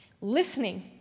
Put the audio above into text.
Listening